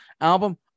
album